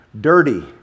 dirty